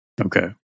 Okay